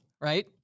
right